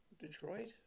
Detroit